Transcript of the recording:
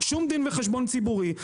שום דין וחשבון ציבורי,